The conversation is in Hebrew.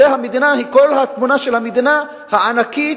זה כל התמונה של המדינה הענקית,